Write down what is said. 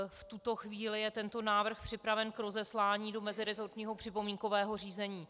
V tuto chvíli je tento návrh připraven k rozeslání do meziresortního připomínkového řízení.